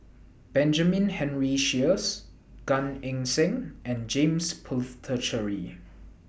Benjamin Henry Sheares Gan Eng Seng and James Puthucheary